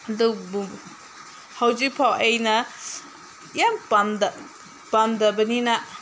ꯑꯗꯨꯕꯨ ꯍꯧꯖꯤꯛꯐꯥꯎ ꯑꯩꯅ ꯌꯥꯝ ꯄꯥꯝꯗ ꯄꯥꯝꯗꯕꯅꯤꯅ